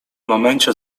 momencie